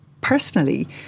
personally